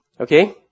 okay